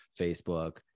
Facebook